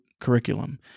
curriculum